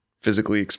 physically